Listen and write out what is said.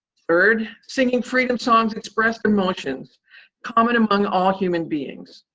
third, singing freedom songs expressed emotions common among all human beings.